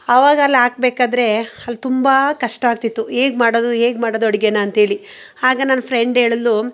ಆವಾಗೆಲ್ಲ ಹಾಕಬೇಕಾದ್ರೆ ಅಲ್ಲಿ ತುಂಬ ಕಷ್ಟ ಆಗ್ತಿತ್ತು ಹೇಗೆ ಮಾಡೋದು ಹೇಗೆ ಮಾಡೋದು ಅಡುಗೆನಾ ಅಂಥೇಳಿ ಆಗ ನನ್ನ ಫ್ರೆಂಡ್ ಹೇಳಿದಳು